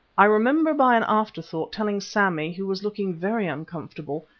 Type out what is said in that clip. i remember by an afterthought, telling sammy, who was looking very uncomfortable,